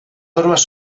normes